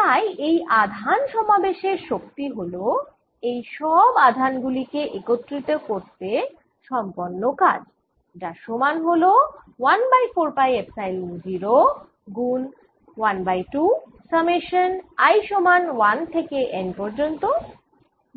তাই এই আধান সমাবেশ এর শক্তি হল এই সব আধান গুলি কে একত্রিত করতে সম্পন্ন কাজ যার সমান হল 1 বাই 4 পাই এপসাইলন 0 গুণ 1 বাই 2 সামেশান i সমান 1 থেকে N পর্যন্ত